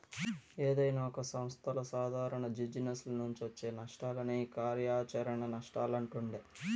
ఏదైనా ఒక సంస్థల సాదారణ జిజినెస్ల నుంచొచ్చే నష్టాలనే ఈ కార్యాచరణ నష్టాలంటుండె